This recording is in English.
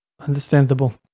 Understandable